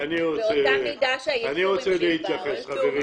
באותה מידה של הייצור שיש בארץ.